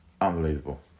Unbelievable